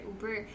Uber